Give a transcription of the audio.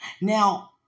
Now